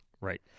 Right